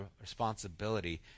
responsibility